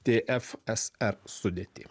t f s r sudėtį